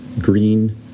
green